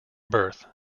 birth